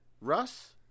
Russ